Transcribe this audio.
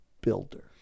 builder